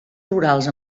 rurals